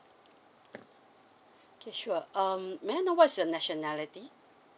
okay sure um may I know what's your nationality